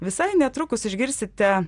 visai netrukus išgirsite